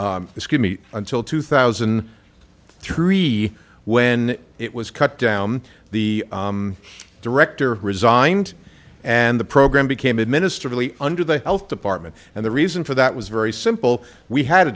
could meet until two thousand three when it was cut down the director resigned and the program became administered really under the health department and the reason for that was very simple we had a